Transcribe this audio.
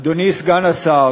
אדוני סגן השר,